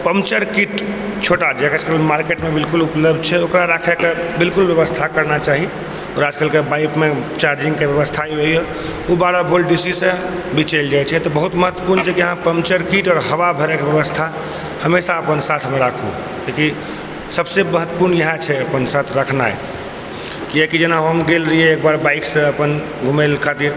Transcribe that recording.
puncture kit छोटा जकर कि मार्केटमे बिल्कुल उपलब्ध छै ओकरा राखयके बिल्कुल व्यवस्था करना चाही आओर आजकलके बाइकिंगमे चार्जिंगके व्यवस्था भी ओ बारह वोल्टसँ भी चलि जाइ छा तऽ सबसँ महत्वपुर्ण बात छै कि पञ्चर किट आओर हवा भरैके व्यवस्था हमेशा अपन साथमे राखू जेकि सबसँ महत्वपुर्ण इएह छै अपन साथ रखना बाइक कियाकि हम एक बेर गेल रहियै जेना बाइकसँ अपन घुमैके खातिर